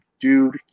dude